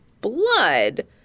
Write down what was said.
blood